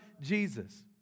Jesus